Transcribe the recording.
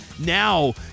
now